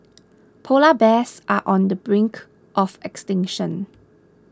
Polar Bears are on the brink of extinction